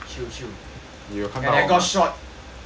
and I got shot